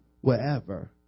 wherever